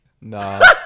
Nah